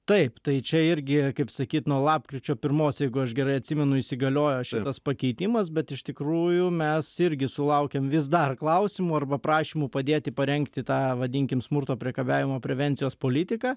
taip tai čia irgi kaip sakyt nuo lapkričio pirmos jeigu aš gerai atsimenu įsigaliojo šitas pakeitimas bet iš tikrųjų mes irgi sulaukiam vis dar klausimų arba prašymų padėti parengti tą vadinkim smurto priekabiavimo prevencijos politiką